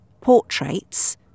Portraits